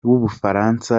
w’ubufaransa